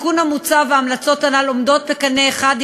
התיקון המוצע וההמלצות הנ"ל עולים בקנה אחד עם